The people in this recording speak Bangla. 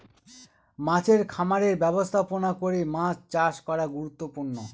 মাছের খামারের ব্যবস্থাপনা করে মাছ চাষ করা গুরুত্বপূর্ণ